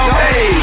hey